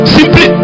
Simply